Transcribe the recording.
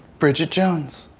bridget jones.